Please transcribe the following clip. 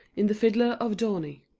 in the fiddler of dorney.